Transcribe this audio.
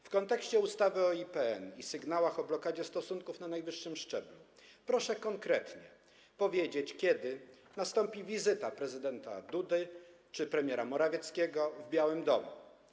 W kontekście ustawy o IPN i sygnałów o blokadzie stosunków na najwyższym szczeblu proszę konkretnie powiedzieć, kiedy nastąpi wizyta prezydenta Dudy czy premiera Morawieckiego w Białym Domu.